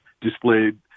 displayed